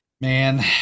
man